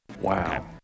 Wow